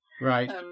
Right